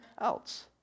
else